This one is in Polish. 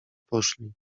poszli